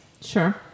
Sure